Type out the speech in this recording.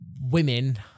women